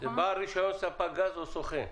מדובר על רישיון ספק גז או סוכן.